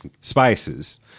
spices